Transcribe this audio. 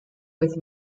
with